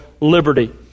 Liberty